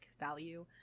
value